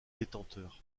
détenteur